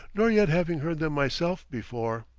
nor yet having heard them myself before.